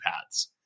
paths